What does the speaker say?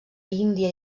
índia